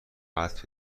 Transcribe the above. حدس